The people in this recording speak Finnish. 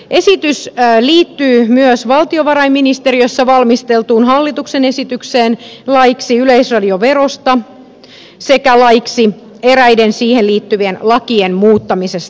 esitys liittyy myös valtiovarainministeriössä valmisteltuun hallituksen esitykseen laiksi yleisradioverosta sekä laiksi eräiden siihen liittyvien lakien muuttamisesta